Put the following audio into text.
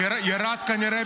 ירד, כנראה